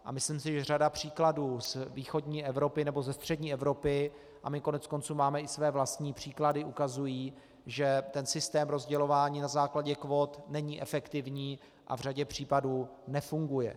A myslím si, že řada příkladů z východní nebo ze střední Evropy, a my koneckonců máme i své vlastní příklady, ukazují, že ten systém rozdělování na základě kvót není efektivní a v řadě případů nefunguje.